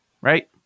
Right